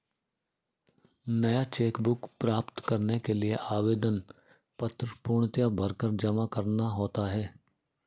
नया cheque book प्राप्त करने के लिए आवेदन पत्र पूर्णतया भरकर जमा करना होता है